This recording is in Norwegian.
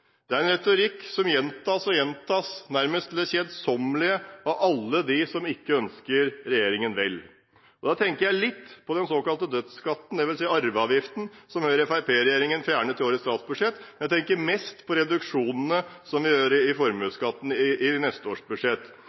Det er en retorikk som gjentas og gjentas nærmest til det kjedsommelige av alle dem som ikke ønsker regjeringen vel. Da tenker jeg litt på den såkalte dødsskatten, dvs. arveavgiften, som Høyre–Fremskrittsparti-regjeringen fjernet i årets statsbudsjett, men jeg tenker mest på reduksjonene som gjøres i formuesskatten i neste års budsjett. Jeg har lyst til å minne om at i